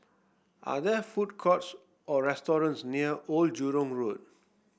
are there food courts or restaurants near Old Jurong Road